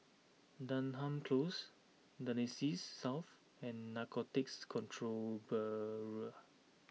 Denham Close Connexis South and Narcotics Control Bureau